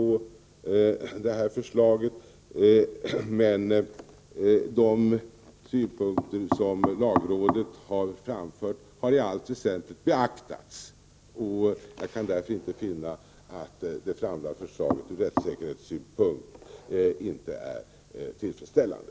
Dessa har i allt väsentligt beaktats. Jag kan därför inte finna att det framlagda förslaget ur rättssäkerhetssynpunkt inte skulle vara tillfredsställande.